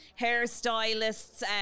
hairstylists